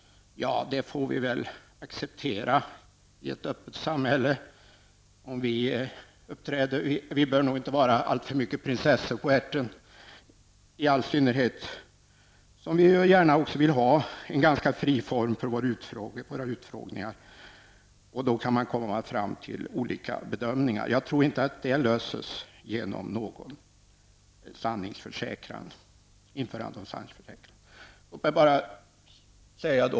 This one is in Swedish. Det får vi väl acceptera i ett öppet samhälle. Vi bör nog inte vara allt för mycket prinsessor på ärten, i all synnerhet som vi gärna vill ha en fri form för våra utfrågningar. Det går då att komma fram till olika bedömningar. Jag tror inte att det är en lösning med sanningsförsäkran.